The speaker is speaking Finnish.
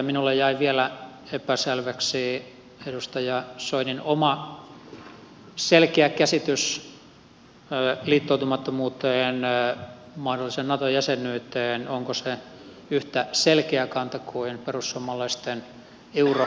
minulle jäi vielä epäselväksi edustaja soinin oma selkeä käsitys liittoutumattomuudesta mahdollisesta nato jäsenyydestä onko se yhtä selkeä kanta kuin perussuomalaisten eurojäsenyyskanta